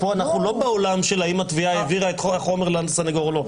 פה אנחנו לא בעולם של האם התביעה העבירה את החומר לסנגור או לא.